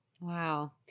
Wow